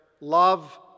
Love